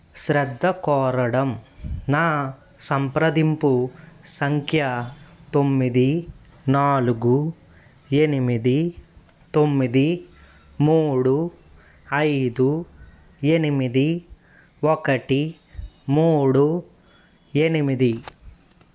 శ్రద్ధ కోరడం నా సంప్రదింపు సంఖ్య తొమ్మిది నాలుగు ఎనిమిది తొమ్మిది మూడు ఐదు ఎనిమిది ఒకటి మూడు ఎనిమిది